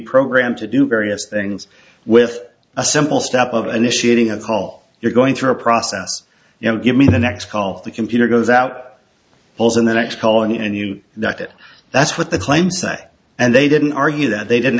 program to do various things with a simple step of initiating a call you're going through a process you know give me the next call the computer goes out in the next call and you got it that's what the claim say and they didn't argue that they didn't